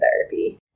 therapy